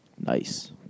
Nice